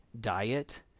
diet